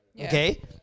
okay